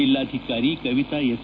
ಜಿಲ್ಲಾಧಿಕಾರಿ ಕವಿತಾ ಎಸ್